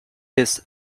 his